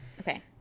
Okay